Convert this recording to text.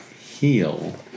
heal